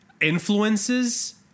influences